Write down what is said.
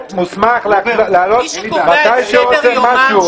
הכנסת מוסמך להעלות מתי שהוא רוצה, מה שהוא רוצה.